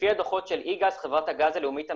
לפי הדוחות של EGAZ, חברת הגז הלאומית המצרית,